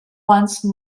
once